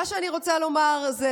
מה שאני רוצה לומר זה,